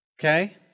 Okay